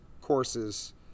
Courses